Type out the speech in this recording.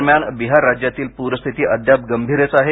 दरम्यान बिहार राज्यातील पूर परिस्थिती अद्याप गंभीरच आहे